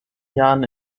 jahren